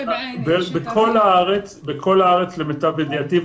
בכל הארץ למיטב ידיעתי,